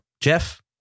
Jeff